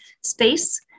space